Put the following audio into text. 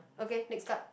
okay next card